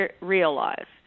realized